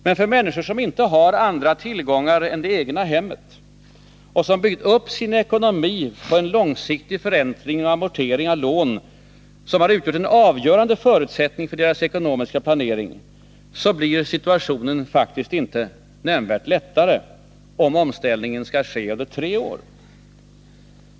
Men för människor som inte har andra tillgångar än det egna hemmet och som byggt upp sin ekonomi på långsiktig förräntning och amorteringar av lån, vilket utgjort en avgörande förutsättning för deras ekonomiska planering, blir situationen faktiskt inte nämnvärt lättare, om omställningen skall ske under tre år.